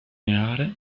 lineare